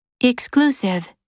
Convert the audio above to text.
Exclusive